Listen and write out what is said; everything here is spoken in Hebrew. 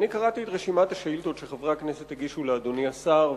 קראתי את רשימת השאילתות שחברי הכנסת הגישו לאדוני השר,